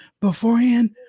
beforehand